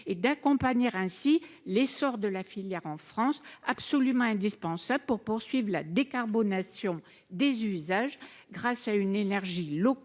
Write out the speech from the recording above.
et d’accompagner l’essor de la filière en France, absolument indispensable pour poursuivre la décarbonation des usages grâce à une énergie locale,